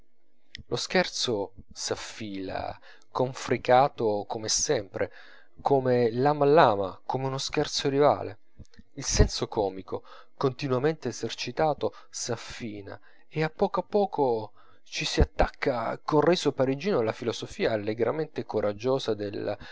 lo scherzo s'affila confricato come è sempre come lama a lama con uno scherzo rivale il senso comico continuamente esercitato s'affina e a poco a poco ci si attacca col riso parigino la filosofia allegramente coraggiosa del